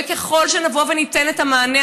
וככל שנבוא וניתן את המענה,